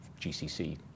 GCC